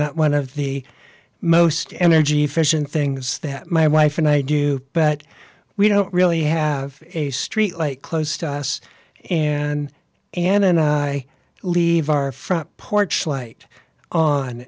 not one of the most energy efficient things that my wife and i do but we don't really have a street like close to us and ann and i leave our front porch light